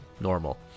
normal